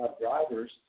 drivers